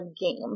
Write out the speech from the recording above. game